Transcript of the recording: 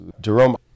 Jerome